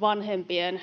vanhempien